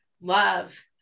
Love